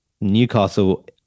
Newcastle